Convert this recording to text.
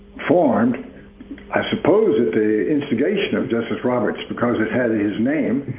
formed i suppose at the instigation of justice roberts, because it had his name,